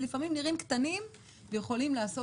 שלפעמים נראים קטנים ויכולים לעשות